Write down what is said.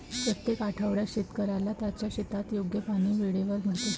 प्रत्येक आठवड्यात शेतकऱ्याला त्याच्या शेतात योग्य पाणी वेळेवर मिळते